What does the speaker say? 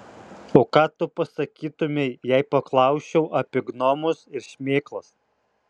o ką tu pasakytumei jei paklausčiau apie gnomus ir šmėklas